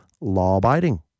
law-abiding